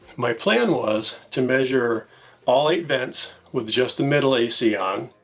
my plan was to measure all eight vents with just the middle a c on,